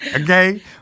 okay